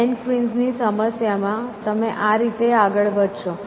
N ક્વીન્સની સમસ્યામાં તમે આ રીતે આગળ વધશો